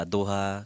Doha